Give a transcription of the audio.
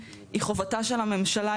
היא חובתה של הממשלה,